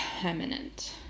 permanent